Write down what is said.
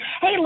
hey